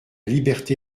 liberté